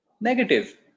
Negative